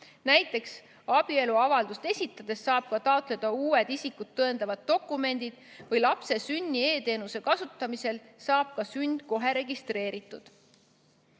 Näiteks saab abieluavaldust esitades taotleda uued isikut tõendavad dokumendid või lapse sünni e‑teenuse kasutamisel saab ka sünd kohe registreeritud. Head